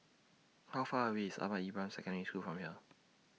How Far away IS Ahmad Ibrahim Secondary School from here